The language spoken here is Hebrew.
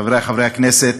חברי חברי הכנסת,